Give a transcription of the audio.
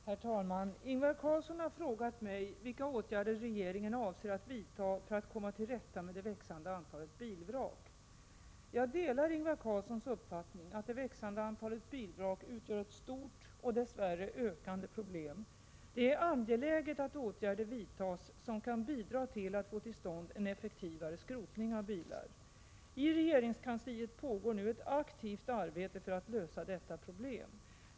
Herr talman! Ingvar Karlsson i Bengtsfors har frågat mig vilka åtgärder regeringen avser att vidta för att komma till rätta med det växande antalet bilvrak. Jag delar Ingvar Karlssons uppfattning att det växande antalet bilvrak utgör ett stort och dess värre ökande problem. Det är angeläget att åtgärder vidtas som kan bidra till att få till stånd en effektivare skrotning av bilar. I regeringskansliet pågår nu ett aktivt arbete för att lösa detta problem.